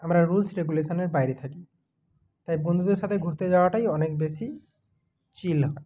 আমরা রুলস রেগুলেশানের বাইরে থাকি তাই বন্ধুদের সাথে ঘুরতে যাওয়াটাই অনেক বেশি চিল হয়